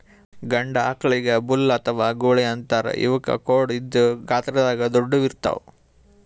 ಗಂಡ ಆಕಳಿಗ್ ಬುಲ್ ಅಥವಾ ಗೂಳಿ ಅಂತಾರ್ ಇವಕ್ಕ್ ಖೋಡ್ ಇದ್ದ್ ಗಾತ್ರದಾಗ್ ದೊಡ್ಡುವ್ ಇರ್ತವ್